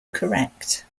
correct